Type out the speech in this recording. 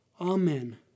Amen